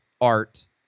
art